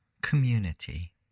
community